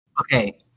Okay